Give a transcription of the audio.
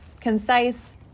concise